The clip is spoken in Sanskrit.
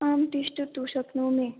आं तिष्ठतु शक्नोमि